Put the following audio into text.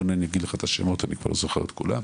רונן יגיד לך את השמות אני כבר לא זוכר את כולם,